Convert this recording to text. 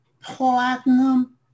platinum